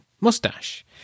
Mustache